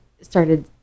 started